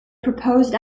proposed